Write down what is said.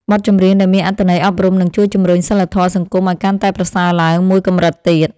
បទចម្រៀងដែលមានអត្ថន័យអប់រំនឹងជួយជម្រុញសីលធម៌សង្គមឱ្យកាន់តែប្រសើរឡើងមួយកម្រិតទៀត។